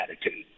attitude